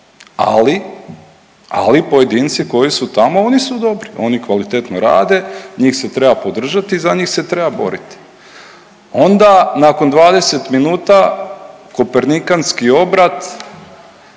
ali pojedinci koji su tamo, oni su dobri, oni kvalitetno radi, njih se treba podržati, za njih se treba boriti. Onda nakon 20 minuta kopernikanski obrat,